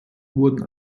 wurden